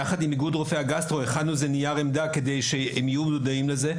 יחד עם איגוד רופאי הגסטרו הכנו ניר עמדה כדי שהם יהיו מודעים לזה,